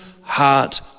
heart